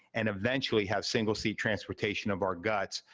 and eventually has single-seat transportation of our guts.